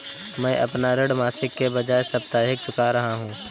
मैं अपना ऋण मासिक के बजाय साप्ताहिक चुका रहा हूँ